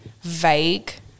vague